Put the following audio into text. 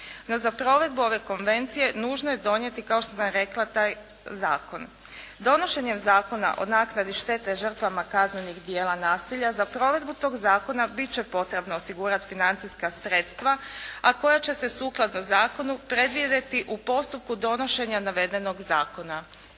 No, za provedbu ove konvencije nužno je donijet, kao što sam rekla taj zakon. Donošenjem zakona o naknadi štete žrtvama kaznenih dijela nasilja za provedbu toga zakona biti će potrebno osigurati financijska sredstva a koja će se sukladno zakonu predvidjeti u postupku donošenja navedenog zakona.